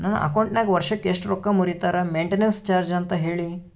ನನ್ನ ಅಕೌಂಟಿನಾಗ ವರ್ಷಕ್ಕ ಎಷ್ಟು ರೊಕ್ಕ ಮುರಿತಾರ ಮೆಂಟೇನೆನ್ಸ್ ಚಾರ್ಜ್ ಅಂತ ಹೇಳಿ?